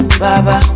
baba